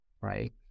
right